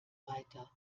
weiter